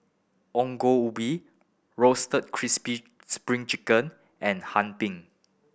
Ongol Ubi Roasted Crispy Spring Chicken and Hee Pan